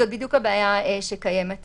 זאת בדיוק הבעיה שקיימת היום.